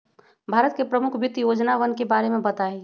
भारत के प्रमुख वित्त योजनावन के बारे में बताहीं